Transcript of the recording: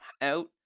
out